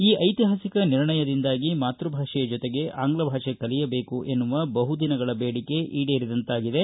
ಈ ಐತಿಹಾಸಿಕ ರ್ನಿಣಯದಿಂದಾಗಿ ಮಾತೃ ಭಾಷೆಯ ಜೊತೆಗೆ ಆಂಗ್ಲ ಭಾಷೆ ಕಲಿಯಬೇಕೆಂಬ ಬಹುದಿನಗಳ ಬೇಡಿಕೆ ಈಡೇರಿದಂತಾಗಿದೆ